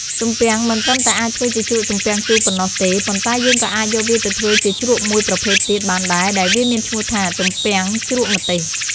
ទំំពាំងមិនត្រឹមតែអាចធ្វើជាជ្រក់ទំពាំងជូរប៉ុណ្ណោះទេ ប៉ុន្តែយើងក៏អាចយកវាទៅធ្វើជាជ្រក់មួយប្រភេទទៀតបានដែរ ដែលវាមានឈ្មោះថា ទំពាំងជ្រក់ម្ទេស។